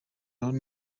abantu